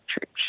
Church